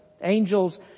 Angels